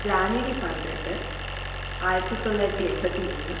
ജാനുവരി പന്ത്രണ്ട് ആയിരത്തിത്തൊള്ളായിരത്തി എൺപത്തിമൂന്ന്